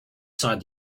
sighed